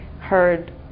heard